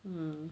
mm